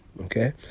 okay